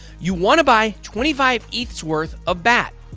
you want to buy twenty five eth's worth of bat.